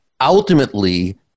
ultimately